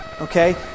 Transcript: Okay